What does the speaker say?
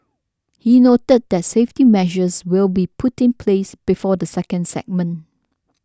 he noted that safety measures will be put in place before the second segment